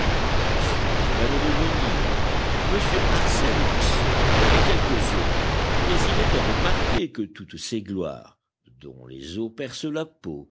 m alfred de vigny m arsène houssaye et quelques autres mais il est à remarquer que toutes ces gloires dont les os percent la peau